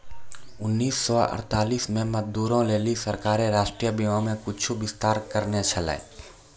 उन्नीस सौ अड़तालीस मे मजदूरो लेली सरकारें राष्ट्रीय बीमा मे कुछु विस्तार करने छलै